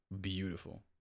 beautiful